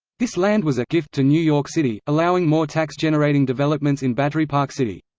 this land was a gift to new york city, allowing more tax-generating developments in battery park city.